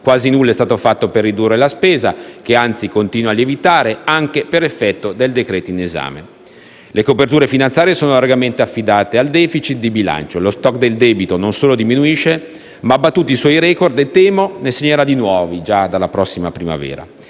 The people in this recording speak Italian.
Quasi nulla è stato fatto per ridurre la spesa, che anzi continua a lievitare, anche per effetto del decreto-legge in esame. Le coperture finanziare sono largamente affidate al *deficit* di bilancio. Lo *stock* del debito non solo non diminuisce, ma ha battuto i suoi *record* e temo ne segnerà di nuovi già dalla prossima primavera.